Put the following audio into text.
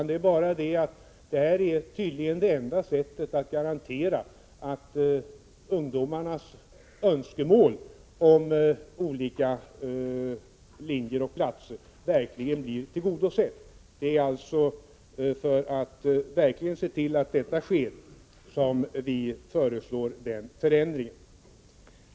Det är bara så att detta tydligen är det enda sättet att garantera att ungdomarnas önskemål om platser på olika linjer verkligen blir tillgodosedda. Det är för att kunna tillgodose dessa önskemål som vi föreslår denna förändring.